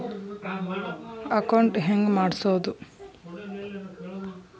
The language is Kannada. ಅಕೌಂಟ್ ಹೆಂಗ್ ಮಾಡ್ಸೋದು?